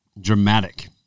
dramatic